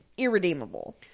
Irredeemable